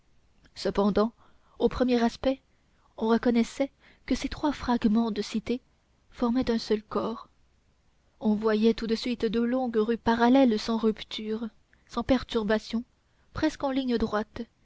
cependant au premier aspect on reconnaissait que ces trois fragments de cité formaient un seul corps on voyait tout de suite deux longues rues parallèles sans rupture sans perturbation presque en ligne droite